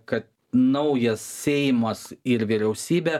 kad naujas seimas ir vyriausybė